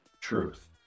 truth